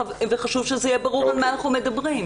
וחשוב שזה יהיה ברור על מה אנחנו מדברים.